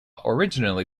originally